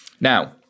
Now